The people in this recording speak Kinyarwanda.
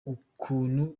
ukuntu